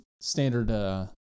standard